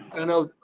i know.